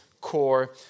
core